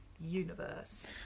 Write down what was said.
universe